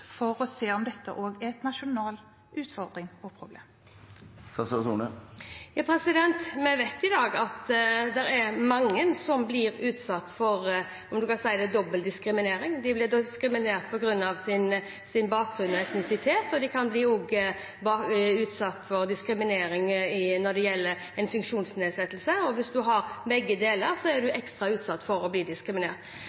for å se om dette også er en nasjonal utfordring og et nasjonalt problem? Vi vet i dag at det er mange som blir utsatt for dobbeltdiskriminering. De blir diskriminert på grunn av sin bakgrunn og etnisitet, og de kan også bli utsatt for diskriminering når det gjelder en funksjonsnedsettelse. Hvis man har begge deler, er